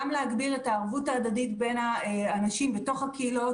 גם להגביר את הערבות ההדדית בין האנשים בתוך הקהילות,